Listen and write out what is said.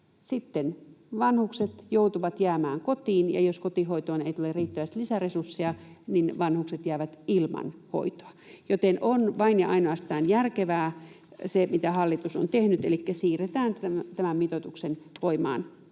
sitten vanhukset joutuvat jäämään kotiin, ja jos kotihoitoon ei tule riittävästi lisäresursseja, niin vanhukset jäävät ilman hoitoa, joten on vain ja ainoastaan järkevää se, mitä hallitus on tehnyt, elikkä siirretään tämän mitoituksen voimaanpanoa.